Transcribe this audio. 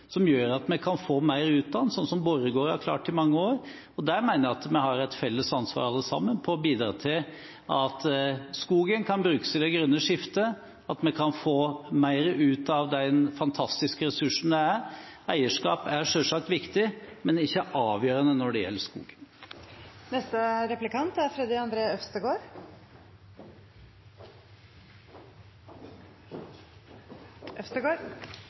at vi får mer ut av den, slik Borregaard har klart i mange år. Her mener jeg vi alle har et felles ansvar for å bidra til at skogen kan brukes i det grønne skiftet, og til at vi kan få mer ut av den fantastiske ressursen den er. Eierskap er selvsagt viktig, men det er ikke avgjørende når det gjelder